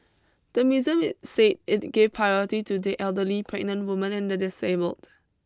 the museum said it gave priority to the elderly pregnant women and the disabled